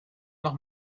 noch